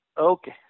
Okay